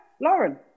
Lauren